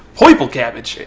purple cabbage!